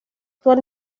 actual